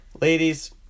Ladies